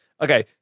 Okay